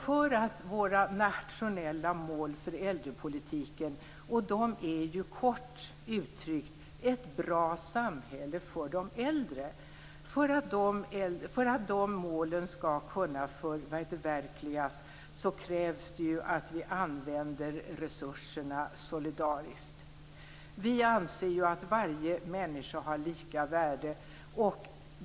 För att våra nationella mål för äldrepolitiken - ett bra samhälle för de äldre - skall kunna förverkligas krävs det ju att vi använder resurserna solidariskt. Vi anser ju att alla människor har lika värde.